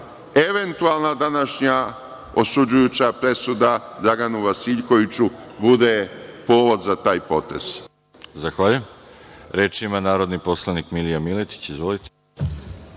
eventualna današnja osuđujuća presuda Draganu Vasiljkoviću bude povod za taj potez.